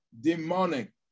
demonic